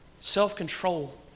Self-control